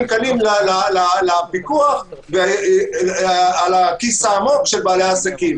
קלים לפיקוח על הכיס העמוק של בעלי העסקים.